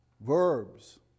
verbs